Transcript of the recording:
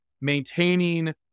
maintaining